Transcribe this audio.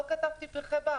לא קטפתי פרחי בר.